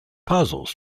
puzzles